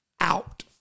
out